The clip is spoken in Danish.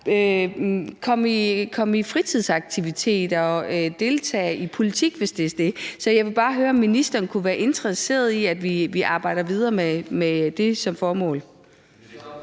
komme til fritidsaktiviteter, deltage i politik, hvis det er det. Så jeg vil bare høre, om ministeren kunne være interesseret i, at vi arbejder videre med det som formål.